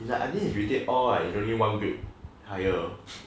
is like I think he retake all um is only one grade higher